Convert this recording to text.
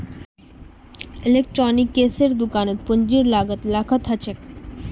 इलेक्ट्रॉनिक्सेर दुकानत पूंजीर लागत लाखत ह छेक